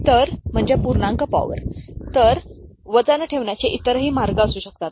तर वजन ठेवण्याचे इतरही मार्ग असू शकतात